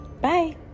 Bye